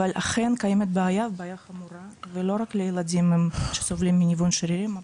אבל אכן קיימת בעיה ובעיה חמורה ולא רק לילדים שסובלים מניוון שרירים,